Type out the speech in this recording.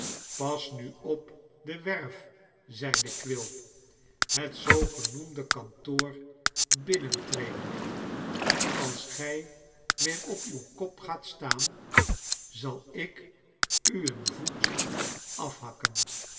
pas nu op de werf zeide quilp het zoogenoemde kantoor binnentredende als gij weer op uw kop gaat staan zal ik u een voet afhakken